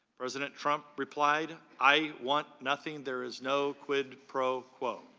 president trump replied, i want nothing, there is no quid pro quo.